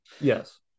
yes